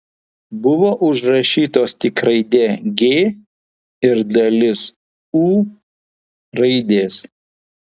buvo užrašytos tik raidė g ir dalis u raidės